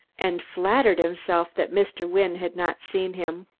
and flattered himself that mr. wynne had not seen him.